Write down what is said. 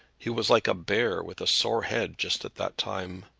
he was like a bear with a sore head just at that time.